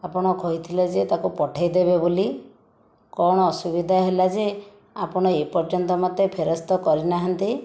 ଆପଣ କହିଥିଲେ ଯେ ତାକୁ ପଠେଇ ଦେବେ ବୋଲି କ'ଣ ଅସୁବିଧା ହେଲା ଯେ ଆପଣ ଏପର୍ଯ୍ୟନ୍ତ ମୋତେ ଫେରସ୍ତ କରିନାହାନ୍ତି